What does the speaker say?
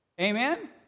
amen